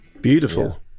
beautiful